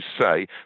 say